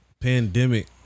Pandemic